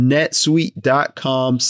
NetSuite.com